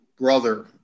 brother